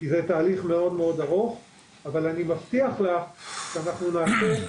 אנחנו רוצים להשתפר.